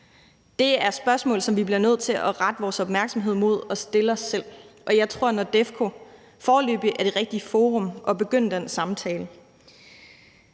Det er spørgsmål, som vi bliver nødt til at rette vores opmærksomhed imod og stille os selv, og jeg tror, at NORDEFCO foreløbig er det rigtige forum at begynde den samtale